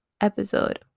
episode